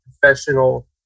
professional